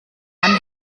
man